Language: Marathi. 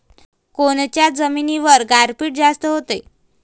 कोनच्या जमिनीवर गारपीट जास्त व्हते?